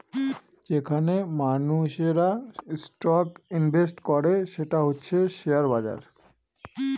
যেইখানে মানুষেরা stock invest করে সেটা হচ্ছে শেয়ার বাজার